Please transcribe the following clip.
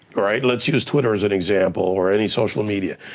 right? let's use twitter as an example, or any social media.